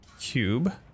cube